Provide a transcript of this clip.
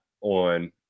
on –